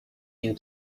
you